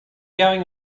going